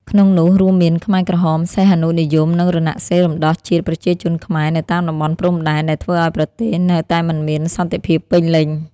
ក្នុងនោះ រួមមានខ្មែរក្រហម សីហនុនិយម និង រណសិរ្សរំដោះជាតិប្រជាជនខ្មែរ នៅតាមតំបន់ព្រំដែន ដែលធ្វើឱ្យប្រទេសនៅតែមិនមានសន្តិភាពពេញលេញ។